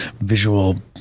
visual